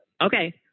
Okay